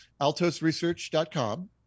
altosresearch.com